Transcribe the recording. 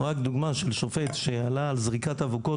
רק דוגמה של שופט שעלה על זריקת אבוקות,